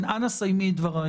אנא סיימי את דברייך.